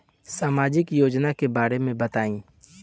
सामाजिक योजना के बारे में बताईं?